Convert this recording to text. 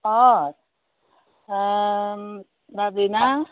अ बाजै ना